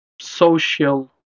social